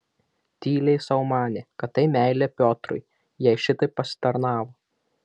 tyliai sau manė kad tai meilė piotrui jai šitaip pasitarnavo